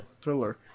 thriller